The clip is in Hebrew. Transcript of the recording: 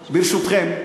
ברשותכם,